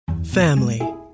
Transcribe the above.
Family